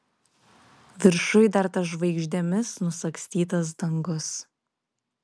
viršuj dar tas žvaigždėmis nusagstytas dangus